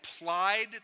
applied